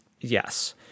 Yes